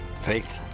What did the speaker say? Faith